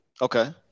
Okay